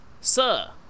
Sir